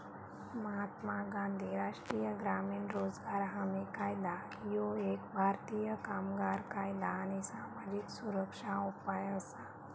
महात्मा गांधी राष्ट्रीय ग्रामीण रोजगार हमी कायदा ह्यो एक भारतीय कामगार कायदा आणि सामाजिक सुरक्षा उपाय असा